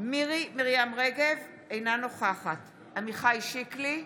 מירי מרים רגב, אינה נוכחת עמיחי שיקלי,